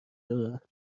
دارن